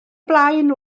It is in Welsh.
blaen